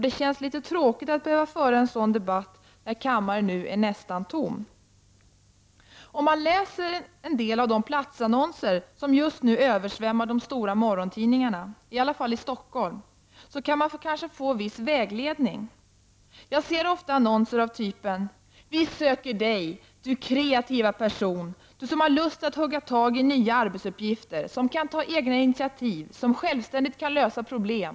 Det känns litet tråkigt att behöva föra en sådan debatt nu när kammaren nästan är tom. Om man läser en del av de platsannonser som just nu översvämmar de stora morgontidningarna, i alla fall i Stockholm, så kan man kanske få viss vägledning. Jag ser ofta annonser av typen: Vi söker dig, du kreativa person, som har lust att hugga tag i nya arbetsuppgifter, som kan ta egna initiativ, som självständigt kan lösa problem .